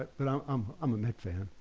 but but i'm um um a met fan.